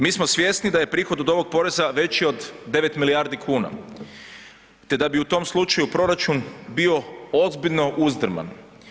Mi smo svjesni da je prihod od ovog poreza veći od 9 milijardi kuna te da bi u tom slučaju proračun bio ozbiljno uzdrman.